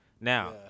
Now